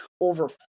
over